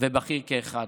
ובכיר כאחד.